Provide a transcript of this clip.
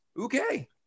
Okay